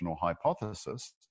hypothesis